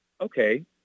okay